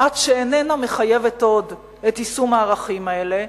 עד שאיננה מחייבת עוד את יישום הערכים האלה,